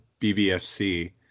BBFC